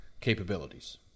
capabilities